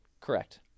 Correct